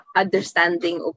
understanding